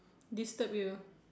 disturb you